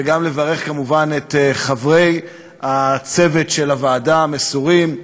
גם לברך כמובן את חברי הצוות של הוועדה, המסורים,